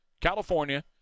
california